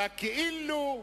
והכאילו,